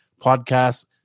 podcast